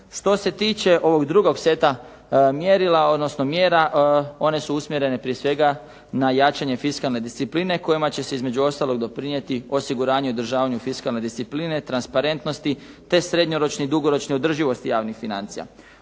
Što se tiče ovog drugog seta mjerila odnosno mjera, one su usmjerene prije svega na jačanje fiskalne discipline kojima će se između ostalog doprinijeti osiguranju i održavanju fiskalne discipline, transparentnosti te srednjoročne i dugoročne održivosti javnih financija.